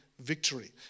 victory